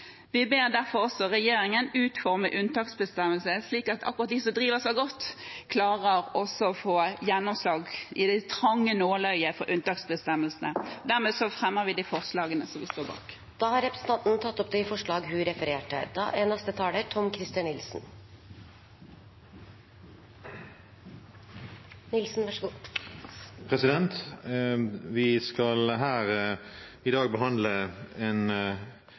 Vi ber derfor regjeringen utforme unntaksbestemmelsene slik at de som driver godt, klarer å få gjennomslag – i det trange nåløyet for unntaksbestemmelsene. Jeg fremmer de forslagene vi står bak. Representanten Ruth Grung har tatt opp de forslagene hun refererte til. Vi skal i dag behandle en